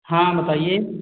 हाँ बताइये